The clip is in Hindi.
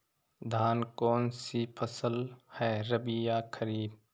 धान कौन सी फसल है रबी या खरीफ?